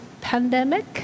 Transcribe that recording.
pandemic